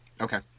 Okay